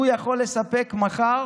הוא יכול לספק מחר